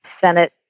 Senate